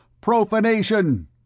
Profanation